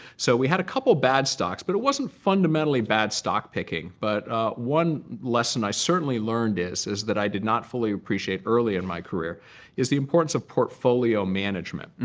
so we had a couple bad stocks. but it wasn't fundamentally bad stock picking. but one lesson i certainly learned is, is that i did not fully appreciate early in my career is the importance of portfolio management,